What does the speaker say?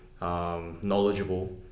knowledgeable